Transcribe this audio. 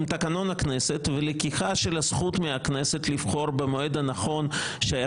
תקנון הכנסת ולקיחה של הזכות מהכנסת לבחור במועד הנכון שהיה